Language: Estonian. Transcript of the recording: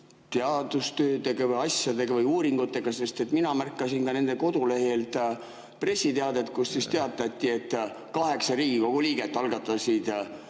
teadustöö või asjadega või uuringutega? Mina märkasin nende kodulehel pressiteadet, kus teatati, et kaheksa Riigikogu liiget algatasid